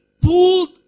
pulled